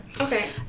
okay